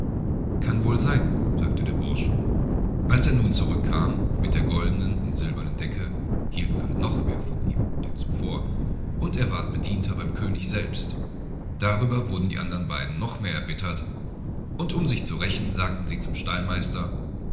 kann wohl sein sagte der bursch als er nun zurückkam mit der goldnen und silbernen decke hielten alle noch mehr von ihm denn zuvor und er ward bedienter beim könig selbst darüber wurden die andern beiden noch mehr erbittert und um sich zu rächen sagten sie zum stallmeister